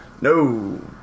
No